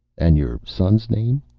and your son's name?